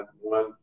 One